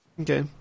Okay